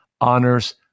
honors